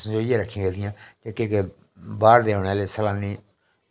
सजाइयै रक्खी गेदियां कि के बाह्र दे औने आह्ले सैलानी